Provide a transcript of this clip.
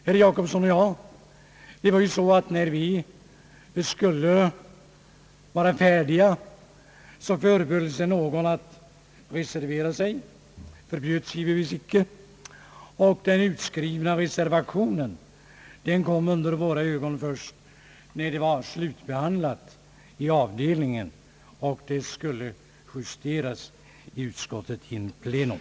Det var emellertid så, att när vi var i det närmaste färdiga med utskottsarbetet förbehöll sig någon rätt att reservera sig, vilket givetvis inte förbjöds. Den utskrivna reservationen kom dock under våra ögon först när ärendet var slutbehandlat i avdelningen och skulle justeras i utskottet in pleno.